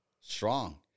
strong